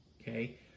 okay